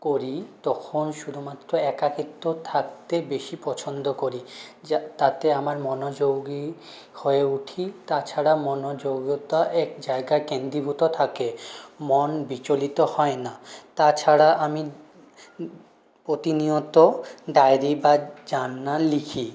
করি তখন শুধুমাত্র একাকিত্ব থাকতে বেশি পছন্দ করি যা তাতে আমার মনোযোগী হয়ে উঠি তাছাড়া মনোযোগতা এক জায়গায় কেন্দ্রীভূত থাকে মন বিচলিত হয় না তাছাড়া আমি প্রতিনিয়ত ডায়রি বা জার্নাল লিখি